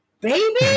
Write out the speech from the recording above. Baby